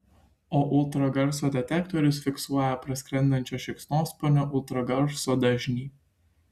o ultragarso detektorius fiksuoja praskrendančio šikšnosparnio ultragarso dažnį